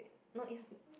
no it's